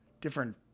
different